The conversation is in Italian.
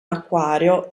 acquario